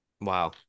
Wow